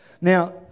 Now